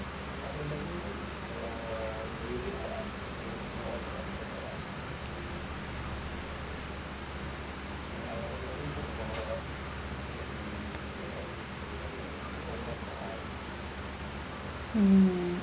hmm